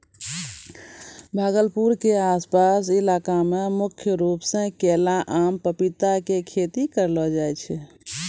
भागलपुर के आस पास के इलाका मॅ मुख्य रूप सॅ केला, आम, पपीता के खेती करलो जाय छै